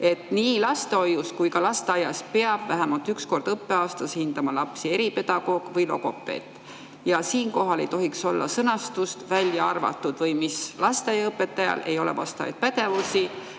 nii lastehoius kui ka lasteaias peab vähemalt üks kord õppeaastas hindama lapsi eripedagoog või logopeed. Ja siinkohal ei tohiks olla sõnastust "välja arvatud" või muud sellist. Lasteaiaõpetajal ei ole vastavaid pädevusi,